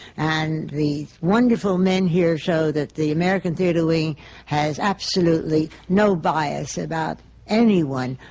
and the wonderful men here show that the american theatre wing has absolutely no bias about anyone,